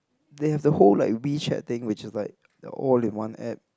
they have the whole like WeChat thing which is like the all in one App